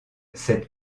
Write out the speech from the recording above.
cette